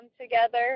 together